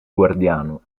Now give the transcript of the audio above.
guardiano